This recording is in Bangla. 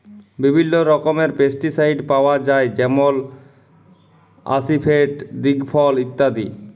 বিভিল্ল্য রকমের পেস্টিসাইড পাউয়া যায় যেমল আসিফেট, দিগফল ইত্যাদি